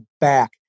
back